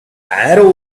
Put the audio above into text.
arrow